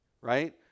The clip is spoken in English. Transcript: right